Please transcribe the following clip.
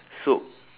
soup